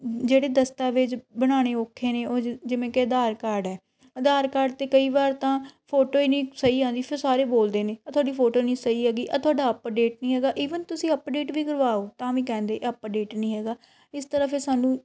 ਜਿਹੜੇ ਦਸਤਾਵੇਜ਼ ਬਣਾਉਣੇ ਔਖੇ ਨੇ ਉਹ ਜਿਵੇਂ ਕਿ ਆਧਾਰ ਕਾਰਡ ਹੈ ਆਧਾਰ ਕਾਰਡ 'ਤੇ ਕਈ ਵਾਰ ਤਾਂ ਫੋਟੋ ਹੀ ਨਹੀਂ ਸਹੀ ਆਉਂਦੀ ਫਿਰ ਸਾਰੇ ਬੋਲਦੇ ਨੇ ਆ ਤੁਹਾਡੀ ਫੋਟੋ ਨਹੀਂ ਸਹੀ ਹੈਗੀ ਤੁਹਾਡਾ ਅਪਡੇਟ ਨਹੀਂ ਹੈਗਾ ਈਵਨ ਤੁਸੀਂ ਅਪਡੇਟ ਵੀ ਕਰਵਾਓ ਤਾਂ ਵੀ ਕਹਿੰਦੇ ਅਪਡੇਟ ਨਹੀਂ ਹੈਗਾ ਇਸ ਤਰ੍ਹਾਂ ਫਿਰ ਸਾਨੂੰ